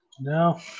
No